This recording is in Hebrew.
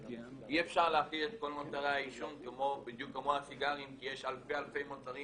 אי-אפשר להחיל את כל מוצרי העישון בדיוק כמו הסיגרים כי יש אלפי מוצרים